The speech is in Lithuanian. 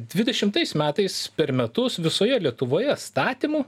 dvidešimtais metais per metus visoje lietuvoje statymų